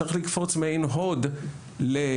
צריך לקפוץ מעין הוד לעתלית,